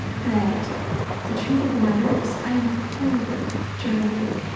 but the truth of the matter is i'm a horrible drug addict.